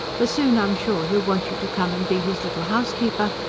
for soon, i'm sure, he'll want you to come and be his little housekeeper,